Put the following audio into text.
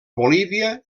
bolívia